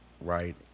right